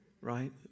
right